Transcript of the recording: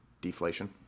deflation